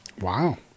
Wow